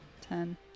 ten